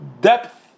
depth